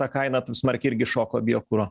ta kaina smarkiai irgi šoko biokuro